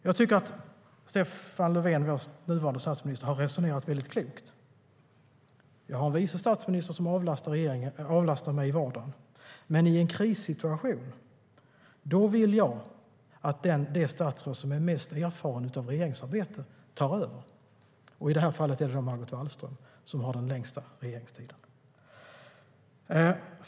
Jag tycker att vår nuvarande statsminister Stefan Löfven har resonerat väldigt klokt: Vi har en vice statsminister som avlastar mig i vardagen, men i en krissituation vill jag att det statsråd som är mest erfaret när det gäller regeringsarbete tar över. I det här fallet är det Margot Wallström som har den längsta regeringstiden.